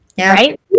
Right